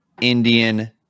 Indian